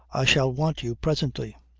shall want you presently.